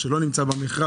שלא נמצא במכרז,